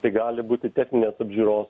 tai gali būti techninės apžiūros